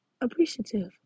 appreciative